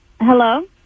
Hello